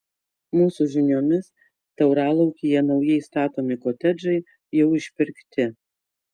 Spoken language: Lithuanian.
mūsų žiniomis tauralaukyje naujai statomi kotedžai jau išpirkti